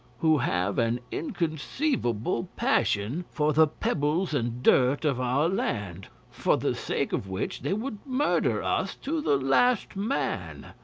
who have an inconceivable passion for the pebbles and dirt of our land, for the sake of which they would murder us to the last man.